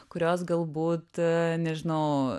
kurios galbūt a nežinau